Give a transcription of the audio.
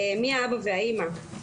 מי האבא והאימא.